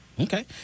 Okay